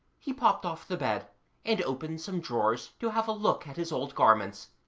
he popped off the bed and opened some drawers to have a look at his old garments.